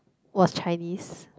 was Chinese